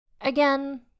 again